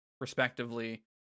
respectively